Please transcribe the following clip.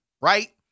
right